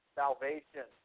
salvation